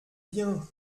bien